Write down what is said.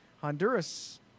Honduras